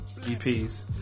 EPs